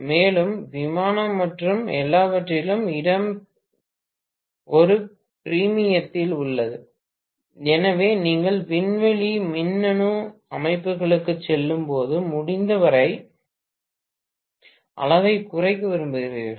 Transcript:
மேலும் விமானம் மற்றும் எல்லாவற்றிலும் இடம் ஒரு பிரீமியத்தில் உள்ளது எனவே நீங்கள் விண்வெளி மின்னணு அமைப்புகளுக்குச் செல்லும்போது முடிந்தவரை அளவைக் குறைக்க விரும்புகிறீர்கள்